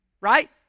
Right